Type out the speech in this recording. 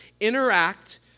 interact